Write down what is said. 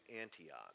Antioch